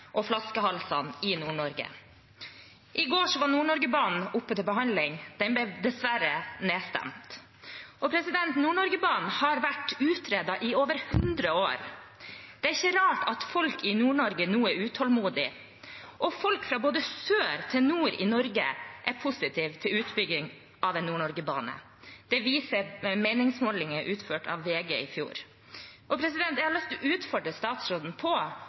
og flaskehalsene i Nord-Norge. I går var Nord-Norge-banen oppe til behandling. Den ble dessverre nedstemt. Nord-Norge-banen har vært utredet i over hundre år. Det er ikke rart at folk i Nord-Norge nå er utålmodige. Fra sør til nord i Norge er folk positive til utbygging av en Nord-Norge-bane. Det viser meningsmålinger utført av VG i fjor. Jeg har lyst til å utfordre statsråden på